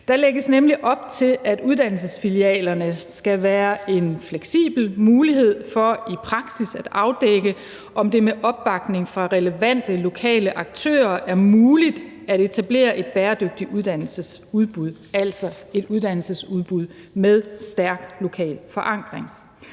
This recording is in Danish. Der lægges nemlig op til, at uddannelsesfilialerne skal være en fleksibel mulighed for i praksis at afdække, om det med opbakning fra relevante lokale aktører er muligt at etablere et bæredygtigt uddannelsesudbud, altså et uddannelsesudbud med en stærk lokal forankring.